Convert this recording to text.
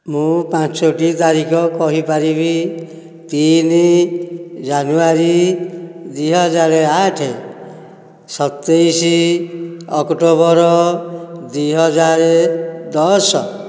ମୁଁ ପାଞ୍ଚୋଟି ତାରିଖ କହିପାରିବି ତିନି ଜାନୁଆରୀ ଦୁଇହଜାର ଆଠ ସତେଇଶି ଅକ୍ଟୋବର ଦୁଇହଜାର ଦଶ